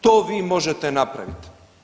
To vi možete napraviti.